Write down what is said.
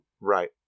right